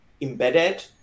embedded